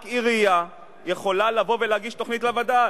רק עירייה יכולה לבוא ולהגיש תוכנית לווד"ל.